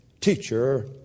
teacher